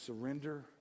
surrender